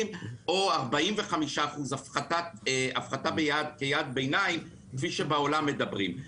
או 45% הפחתה כיעד ביניים כפי שבעולם מדברים.